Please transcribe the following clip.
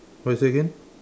what you say again